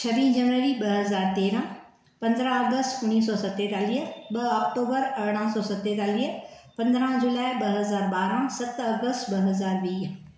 छवीह जनवरी ॿ हज़ार तेरहं पंदरहं आगस्ट उणवीह सो सतेतालीह ॿ आक्टोबरु अरड़हां सो सतेतालीह पंदरहं जुलाई ॿ हज़ार बारहं सत आगस्ट ॿ हज़ार वीह